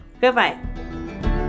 Goodbye